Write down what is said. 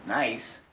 nice?